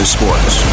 Sports